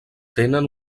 tenen